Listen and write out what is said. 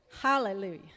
Hallelujah